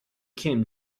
kim